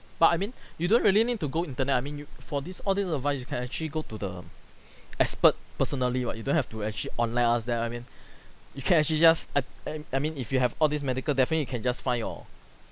but I mean you don't really need to go internet I mean you for this all this advice you can actually go to the expert personally what you don't have to actually online ask them I mean you can actually just at uh I mean if you have all these medical definitely you can just find your